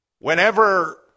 Whenever